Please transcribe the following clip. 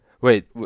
Wait